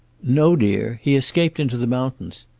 no, dear. he escaped into the mountains.